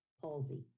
palsy